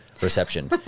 reception